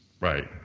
Right